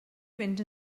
fynd